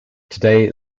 today